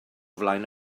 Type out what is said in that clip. flaen